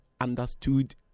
understood